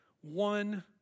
one